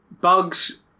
Bugs